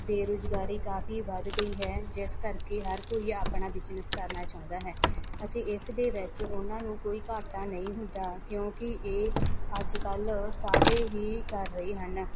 ਬੇਰੁਜ਼ਗਾਰੀ ਕਾਫ਼ੀ ਵੱਧ ਗਈ ਹੈ ਜਿਸ ਕਰਕੇ ਹਰ ਕੋਈ ਆਪਣਾ ਬਿਜਨਸ ਕਰਨਾ ਚਾਹੁੰਦਾ ਹੈ ਅਤੇ ਇਸ ਦੇ ਵਿੱਚ ਉਹਨਾਂ ਨੂੰ ਕੋਈ ਘਾਟਾ ਨਹੀਂ ਹੁੰਦਾ ਕਿਉਂਕਿ ਇਹ ਅੱਜ ਕੱਲ੍ਹ ਸਾਰੇ ਹੀ ਕਰ ਰਹੇ ਹਨ